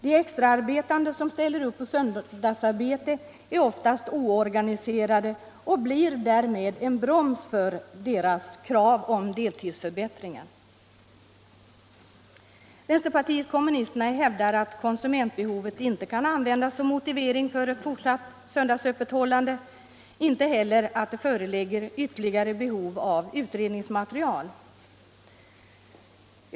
De extraarbetande som ställer upp på söndagsarbete är oftast oorganiserade och blir därmed en broms för krav på deltidsförbättringar. Vänsterpartiet kommunisterna hävdar att konsumentbehovet inte kan användas som motivering för ett fortsatt söndagsöppethållande och att det inte heller föreligger ytterligare behov av utredningsmaterial.